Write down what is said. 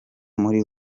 muri